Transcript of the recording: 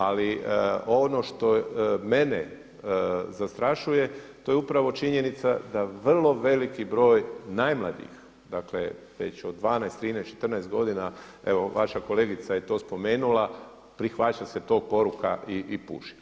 Ali ono što mene zastrašuje, to je upravo činjenica da vrlo veliki broj najmlađih već od 12, 13, 14 godina, evo vaša kolegica je to spomenula prihvaća se tog poroka i puši.